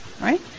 right